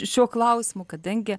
šio klausimo kadangi